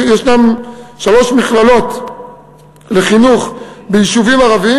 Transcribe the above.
יש שלוש מכללות לחינוך ביישובים ערביים